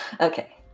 Okay